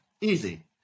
easy